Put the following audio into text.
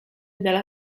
della